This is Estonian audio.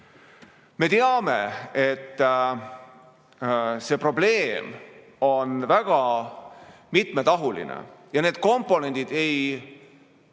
Me teame, et see probleem on väga mitmetahuline ja need komponendid ei